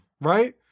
right